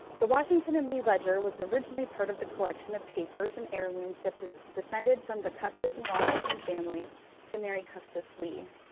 the washington and lee ledger was originally part of the collection of papers and heirlooms that descended from the custis and washington families to mary custis lee.